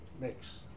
mix